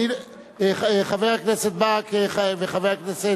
חבר הכנסת ברכה וחבר הכנסת,